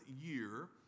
year